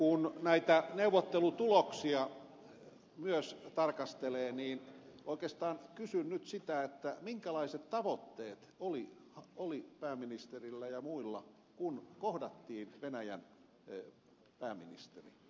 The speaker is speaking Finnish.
kun näitä neuvottelutuloksia myös tarkastelee niin oikeastaan kysyn nyt sitä minkälaiset tavoitteet oli pääministerillä ja muilla kun kohdattiin venäjän pääministeri